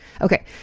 Okay